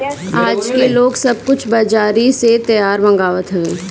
आजके लोग सब कुछ बजारी से तैयार मंगवात हवे